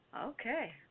Okay